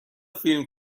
فیلم